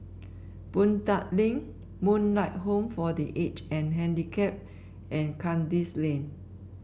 Boon Tat Link Moonlight Home for The Aged and Handicapped and Kandis Lane